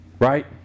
Right